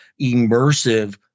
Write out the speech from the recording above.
immersive